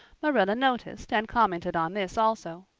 marilla noticed and commented on this also.